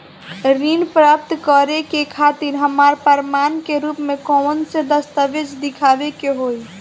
ऋण प्राप्त करे के खातिर हमरा प्रमाण के रूप में कउन से दस्तावेज़ दिखावे के होइ?